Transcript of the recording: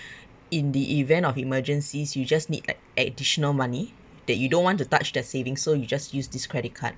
in the event of emergencies you just need like additional money that you don't want to touch the savings so you just use this credit card